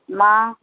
அம்மா